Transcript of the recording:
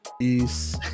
Peace